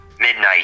midnight